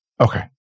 Okay